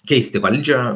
keisti valdžią